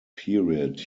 period